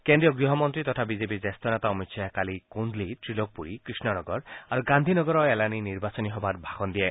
কেন্দ্ৰীয় গৃহমন্ত্ৰী তথা বিজেপিৰ জ্যেষ্ঠ নেতা অমিত খাহে কালি কোন্দলী ত্ৰিলোকপুৰী কৃষ্ণনগৰ আৰু গান্ধীনগৰৰ এলানি নিৰ্বাচনী সভাত ভাষণ দিয়ে